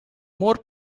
more